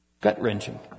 Gut-wrenching